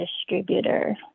distributor